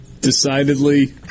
Decidedly